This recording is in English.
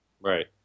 Right